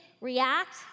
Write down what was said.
react